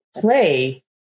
play